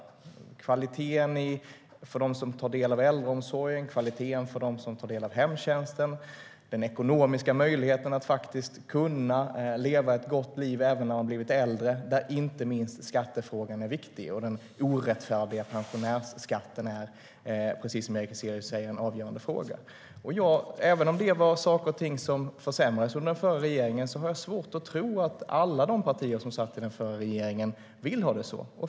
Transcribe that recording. Det handlar om kvaliteten för dem som tar del av äldreomsorgen, hemtjänsten och så vidare, liksom om den ekonomiska möjligheten att leva ett gott liv även när man blivit äldre. Där är inte minst skattefrågan viktig. Den orättfärdiga pensionärsskatten är, precis som Erik Ezelius säger, en avgörande fråga. Även om det var saker och ting som försämrades under den förra regeringen har jag svårt att tro att alla partier som satt i den förra regeringen vill ha det så.